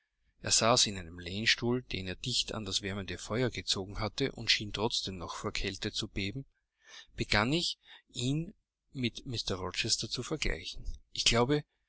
er saß in einem lehnstuhl den er dicht an das wärmende feuer gezogen hatte und schien trotzdem noch vor kälte zu beben begann ich ihn mit mr rochester zu vergleichen ich glaube